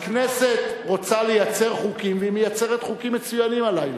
הכנסת רוצה לייצר חוקים והיא מייצרת חוקים מצוינים הלילה.